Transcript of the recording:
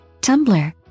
Tumblr